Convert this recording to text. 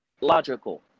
logical